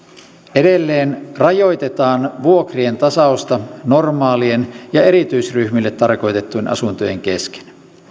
edelleen rajoitetaan vuokrien tasausta normaalien ja erityisryhmille tarkoitettujen asuntojen kesken